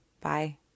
Bye